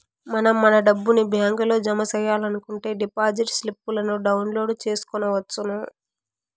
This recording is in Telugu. మనం మన డబ్బుని బ్యాంకులో జమ సెయ్యాలనుకుంటే డిపాజిట్ స్లిప్పులను డౌన్లోడ్ చేసుకొనవచ్చును